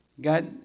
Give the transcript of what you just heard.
God